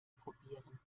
probieren